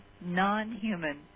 non-human